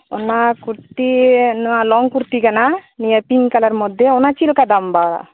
ᱚᱱᱟ ᱠᱩᱨᱛᱤ ᱱᱚᱶᱟ ᱞᱚᱝ ᱠᱩᱨᱛᱤ ᱠᱟᱱᱟ ᱱᱤᱭᱟᱹ ᱯᱤᱝ ᱠᱟᱞᱟᱨ ᱢᱚᱫᱽᱫᱷᱮ ᱚᱱᱟ ᱪᱮᱫ ᱞᱮᱠᱟ ᱫᱟᱢ ᱯᱟᱲᱟᱜᱼᱟ